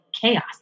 chaos